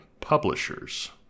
Publishers